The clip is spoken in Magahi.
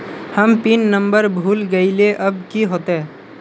हम पिन नंबर भूल गलिऐ अब की होते?